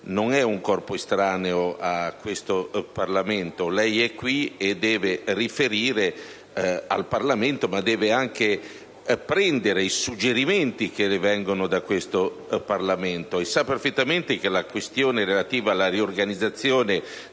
non è un corpo estraneo a questo Parlamento: lei è qui e deve riferire al Parlamento, ma deve anche accogliere i suggerimenti che da esso le vengono, e sa perfettamente che la questione relativa alla riorganizzazione